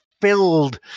filled